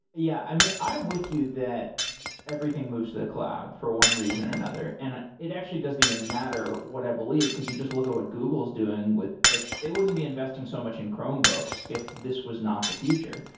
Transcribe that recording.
yeah. i mean, i'm with you that everything moves to the cloud for one reason or another, and it actually doesn't even matter what i believe, because you just look at what google is doing. like they wouldn't be investing so much in chromebooks if this was not the future.